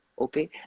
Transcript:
okay